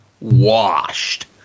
washed